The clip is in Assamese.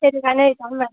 সেইটো কাৰণে